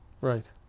Right